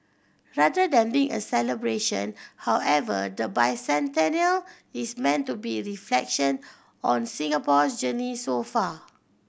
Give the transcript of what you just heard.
rather than being a celebration however the bicentennial is meant to be the reflection on Singapore's journey so far